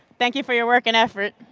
thank you for your work and effort.